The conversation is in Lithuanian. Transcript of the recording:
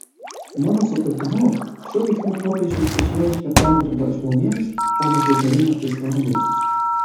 mano supratimu šiuo veiksmu popiežius išreiškė pagarbą žmonėms o ne pritarimą islamui